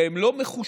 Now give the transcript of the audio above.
והם לא מחושבים,